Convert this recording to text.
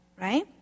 right